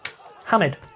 Hamid